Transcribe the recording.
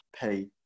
pay